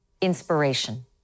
inspiration